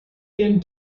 ihnen